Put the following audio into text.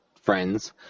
friends